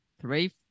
three